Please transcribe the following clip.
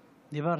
דיברת.